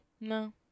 No